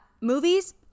Movies